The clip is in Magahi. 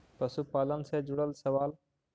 पशुपालन से जुड़ल सवाल?